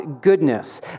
goodness